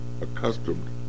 accustomed